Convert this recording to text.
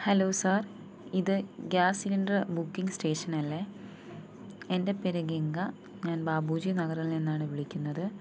hello sir ഇത് gas cylinder booking സ്റ്റേഷനല്ലേ എൻ്റെ പേര് ഗംഗ ഞാൻ ബാപ്പുജി നഗറിൽ നിന്നാണ് വിളിക്കുന്നത്